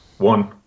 One